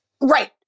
Right